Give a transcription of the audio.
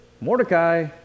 Mordecai